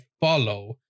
follow